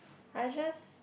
I just